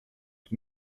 que